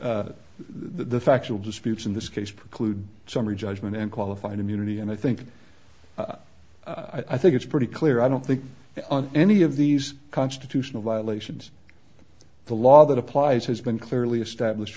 the factual disputes in this case preclude summary judgment and qualified immunity and i think i think it's pretty clear i don't think any of these constitutional violations the law that applies has been clearly established